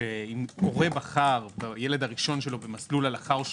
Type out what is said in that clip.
שאם הורה בחר בילד הראשון שלו במסלול הלכה או שריע,